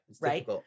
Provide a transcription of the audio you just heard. right